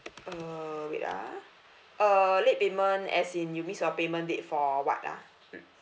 uh wait ah err late payment as in you miss your payment date for [what] ah mmhmm